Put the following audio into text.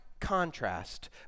contrast